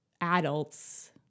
adults